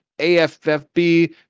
AFFB